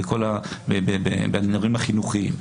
בדברים החינוכיים.